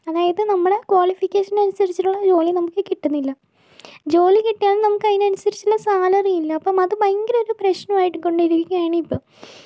അതായത് നമ്മുടെ ക്വാളിഫിക്കേഷനനുസരിച്ചിട്ടുള്ള ജോലി നമുക്ക് കിട്ടുന്നില്ല ജോലി കിട്ടിയാലും നമുക്കതിനനുസരിച്ചുള്ള സാലറി ഇല്ല അപ്പോൾ അത് ഭയങ്കര ഒരു പ്രശ്നമായിട്ട് കൊണ്ടിരിക്കുകയാണിപ്പോൾ